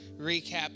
recap